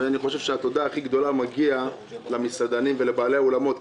אני חושב שהתודה הכי גדולה מגיעה למסעדנים ולבעלי האולמות,